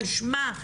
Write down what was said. על שמה,